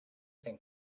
think